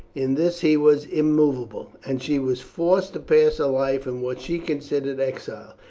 in this he was immovable, and she was forced to pass her life in what she considered exile.